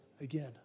again